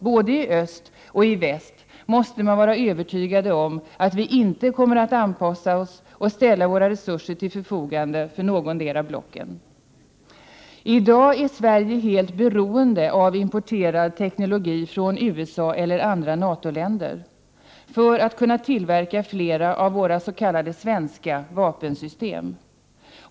Både i öst och i väst måste man vara övertygad om att vi inte kommer att anpassa oss och ställa resurser till förfogande för någotdera blocket. I dag är Sverige helt beroende av importerad teknologi från USA eller något annat NATO-land för att kunna tillverka flera av våra ”svenska” vapensystem.